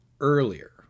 earlier